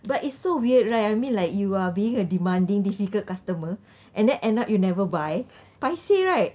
but it's so weird right I mean like you are being a demanding difficult customer and then end up you never buy paiseh right